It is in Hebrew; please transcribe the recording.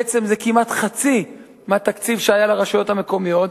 בעצם זה כמעט חצי מהתקציב שהיה לרשויות המקומיות.